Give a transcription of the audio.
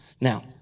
Now